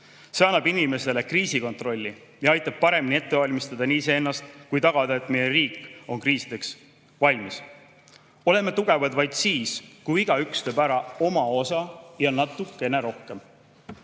annab inimesele kriisikontrolli ja aitab paremini ette valmistada nii iseennast kui ka tagada, et meie riik on kriisideks valmis. Oleme tugevad vaid siis, kui igaüks teeb ära oma osa ja natukene